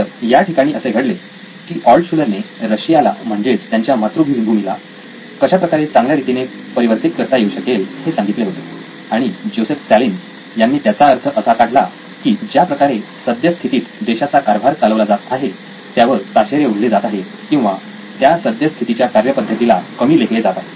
तर या ठिकाणी असे घडले की ऑल्टशुलर ने रशियाला म्हणजेच त्यांच्या मातृभूमीला कशा प्रकारे चांगल्या रीतीने परिवर्तित करता येऊ शकेल हे सांगितले होते आणि जोसेफ स्टॅलिन यांनी त्याचा अर्थ असा काढला की ज्याप्रकारे सद्य स्थितीत देशाचा कारभार चालवला जात आहे त्यावर ताशेरे ओढले जात आहेत किंवा त्या सद्यस्थितीच्या कार्यपद्धतीला कमी लेखले जात आहे